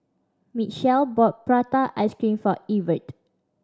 Michell bought prata ice cream for Evertt